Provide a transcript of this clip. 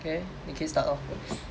okay 你可以 start off first